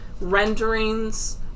renderings